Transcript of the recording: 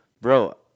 bro